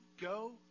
go